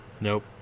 Nope